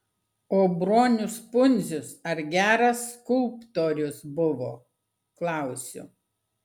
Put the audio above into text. o bronius pundzius ar geras skulptorius buvo klausiu